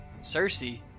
Cersei